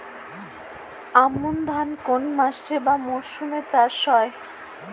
আমন ধান কোন মাসে বা মরশুমে চাষ হয়?